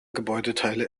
gebäudeteile